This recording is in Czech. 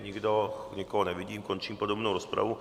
Nikdo, nikoho nevidím, končím podrobnou rozpravu.